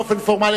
באופן פורמלי,